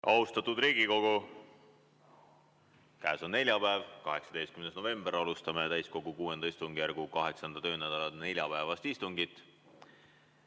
Austatud Riigikogu! Käes on neljapäev, 18. november. Alustame täiskogu VI istungjärgu 8. töönädala neljapäevast istungit.